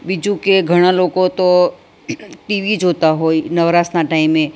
બીજું કે ઘણા લોકો તો ટીવી જોતા હોય નવરાશના ટાઈમે